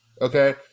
okay